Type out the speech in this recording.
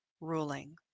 ruling